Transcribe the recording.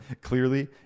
clearly